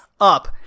up